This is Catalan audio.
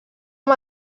amb